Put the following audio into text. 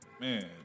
Man